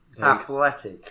Athletic